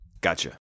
Gotcha